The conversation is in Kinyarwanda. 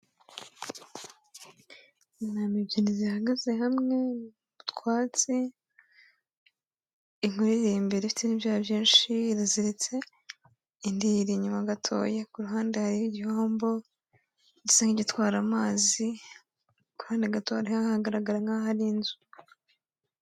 Intama ebyiri zihagaze hamwe mutwatsi, inkuru iri imbere ifite n'ibyoya byinshi iraziritse, indi iri inyuma gatoya, ku ruhande hari igihombo gisa n'igitwara amazi, kuruhande gato hari hagaragara nk'ahari inzu.